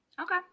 Okay